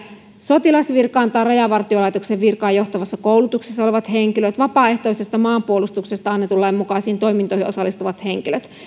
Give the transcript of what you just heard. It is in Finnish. sotilasvirkaan tai rajavartiolaitoksen virkaan johtavassa koulutuksessa olevat henkilöt vapaaehtoisesta maanpuolustuksesta annetun lain mukaisiin toimintoihin osallistuvat henkilöt